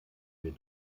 wir